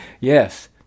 Yes